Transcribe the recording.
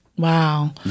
Wow